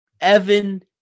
Evan